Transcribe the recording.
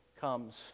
comes